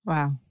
Wow